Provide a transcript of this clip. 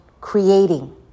creating